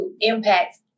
impact